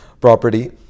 property